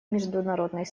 международной